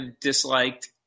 disliked